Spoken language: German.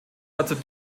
dazu